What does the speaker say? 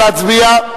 נא להצביע.